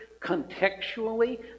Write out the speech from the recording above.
contextually